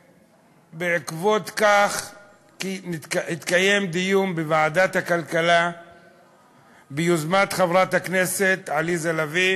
ובעקבות כך התקיים דיון בוועדת הכלכלה ביוזמת חברת הכנסת עליזה לביא